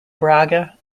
braga